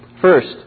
first